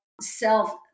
self